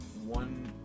one